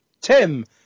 Tim